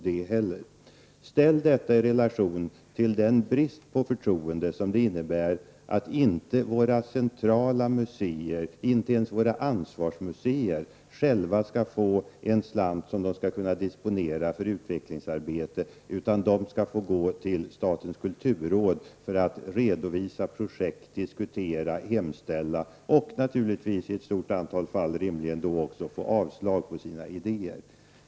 Detta kan ställas i relation till den brist på förtroende som det innebär att inte ens våra centrala museer, inte ens våra ansvarsmuseer, själva skall få en slant att disponera för utvecklingsarbete, utan de skall gå till statens kulturråd för att redovisa projekt, diskutera och hemställa, och naturligtvis i ett stort antal fall rimligen få avslag på sina idéer.